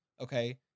okay